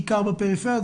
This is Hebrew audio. בעיקר בפריפריה,